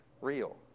real